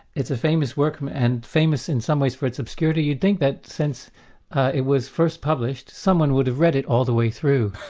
it's a famous work, and famous in some ways for its obscurity. you'd think that since it was first published someone would have read it all the way through.